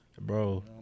bro